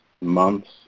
months